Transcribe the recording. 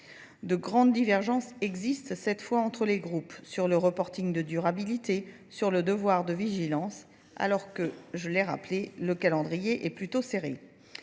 De grandes divergences existent cette fois entre les groupes sur le reporting de durabilité, sur le devoir de vigilance, alors que, je l'ai rappelé, le calendrier est plutôt serré.